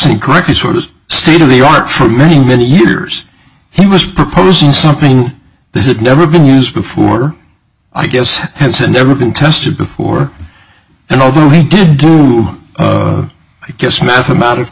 the state of the art for many many years he was proposing something that had never been used before i guess has had never been tested before and although he did do i guess mathematical